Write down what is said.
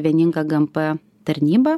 vieninga gmp tarnyba